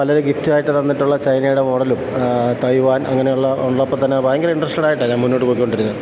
പലർ ഗിഫ്റ്റായിട്ട് തന്നിട്ടുള്ള ചൈനയുടെ മോഡലും തയ്വാൻ അങ്ങനെയുള്ള ഉള്ളപ്പോൾത്തന്നെ ഭയങ്കര ഇൻട്രസ്റ്റഡായിട്ടാ ഞാൻ മുന്നോട്ട് പോയികൊണ്ടിരുന്നേ